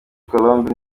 colombe